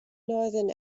northern